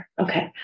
Okay